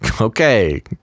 okay